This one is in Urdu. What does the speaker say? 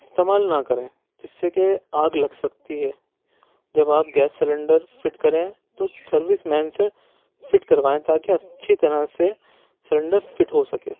استعمال نا کریں جس سے کہ آگ لگ سکتی ہے جب آپ گیس سیلنڈر فٹ کریں تو سروس مین سے فٹ کروائیں تاکہ اچھی طرح سے سیلنڈر فٹ ہوسکے